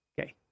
Okay